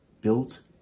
built